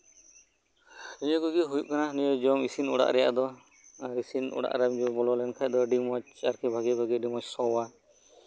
ᱱᱤᱭᱟᱹ ᱠᱚᱜᱮ ᱦᱳᱭᱳᱜ ᱠᱟᱱᱟ ᱡᱚᱢ ᱤᱥᱤᱱ ᱚᱲᱟᱜ ᱨᱮᱭᱟᱜ ᱫᱚ ᱤᱥᱤᱱ ᱚᱲᱟᱜ ᱨᱮᱢ ᱵᱚᱞᱚ ᱞᱮᱱᱠᱷᱟᱱ ᱫᱚ ᱟᱹᱰᱤ ᱢᱚᱸᱡᱽ ᱟᱨᱠᱤ ᱵᱷᱟᱹᱜᱮ ᱵᱷᱟᱹᱜᱮ ᱟᱹᱰᱤ ᱢᱚᱡᱽ ᱥᱚᱣᱟ